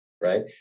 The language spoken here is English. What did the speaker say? right